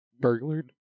burglared